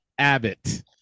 Abbott